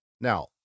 Now